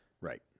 Right